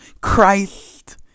Christ